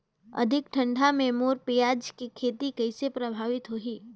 अधिक ठंडा मे मोर पियाज के खेती कइसे प्रभावित होही?